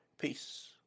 Peace